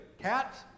Cats